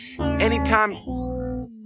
Anytime